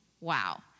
Wow